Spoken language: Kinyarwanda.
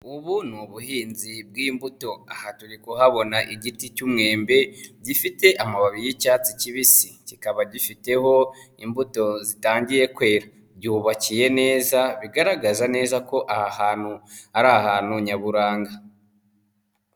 Ubu ni ubuhinzi bw'imbuto aha turi kuhabona igiti cy'umwembe gifite amababi y'icyatsi kibisi, kikaba gifiteho imbuto zitangiye kwera, byubakiye neza bigaragaza neza ko aha hantu ari ahantu nyaburanga.